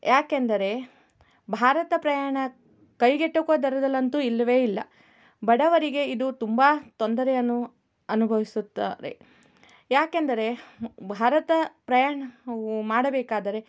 ಯಾಕೆಂದರೆ ಭಾರತ ಪ್ರಯಾಣ ಕೈಗೆಟುಕುವ ದರದಲ್ಲಂತೂ ಇಲ್ಲವೇ ಇಲ್ಲ ಬಡವರಿಗೆ ಇದು ತುಂಬ ತೊಂದರೆಯನ್ನು ಅನುಭವಿಸುತ್ತಾರೆ ಯಾಕಂದರೆ ಭಾರತ ಪ್ರಯಾಣವು ಮಾಡಬೇಕಾದರೆ